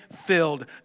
filled